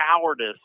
cowardice